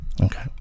Okay